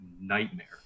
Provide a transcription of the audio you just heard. nightmare